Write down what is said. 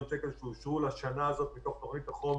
שקל שאושרו לשנה הזאת מתוך תוכנית החומש,